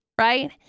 Right